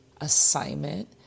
assignment